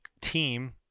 team